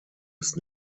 ist